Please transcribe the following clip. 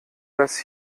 das